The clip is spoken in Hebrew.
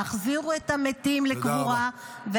תודה רבה.